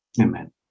Amen